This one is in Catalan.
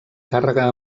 càrrega